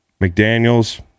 McDaniels